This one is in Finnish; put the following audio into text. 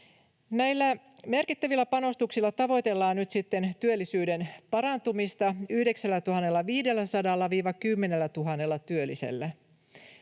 Näillä merkittävillä panostuksilla tavoitellaan nyt työllisyyden parantumista 9 500—10 000 työllisellä.